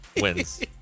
wins